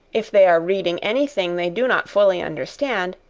if they are reading any thing they do not fully understand,